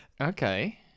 okay